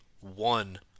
one